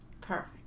Perfect